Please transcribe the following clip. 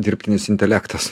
dirbtinis intelektas